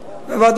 יעלה ויבוא.